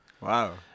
Wow